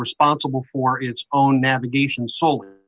responsible for its own navigation so